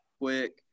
quick